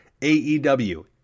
AEW